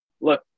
look